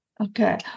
Okay